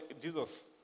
Jesus